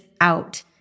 out